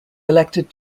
elected